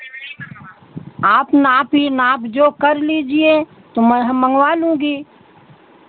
आप नापी नाप जोख कर लीजिए तो मैं मँगवा लूँगी